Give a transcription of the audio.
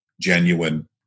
genuine